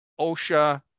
OSHA